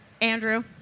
Andrew